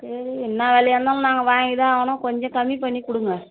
சரி என்ன விலையா இருந்தாலும் நாங்கள் வாங்கி தான் ஆகணும் கொஞ்சம் கம்மி பண்ணி கொடுங்க